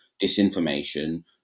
disinformation